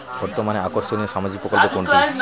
বর্তমানে আকর্ষনিয় সামাজিক প্রকল্প কোনটি?